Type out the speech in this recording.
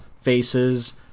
faces